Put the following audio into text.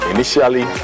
Initially